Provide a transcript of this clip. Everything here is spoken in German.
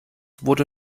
wurde